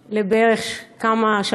בערך, כמה?